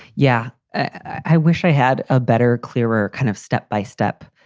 yeah, i wish i had a better, clearer kind of step-by-step